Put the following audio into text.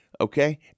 Okay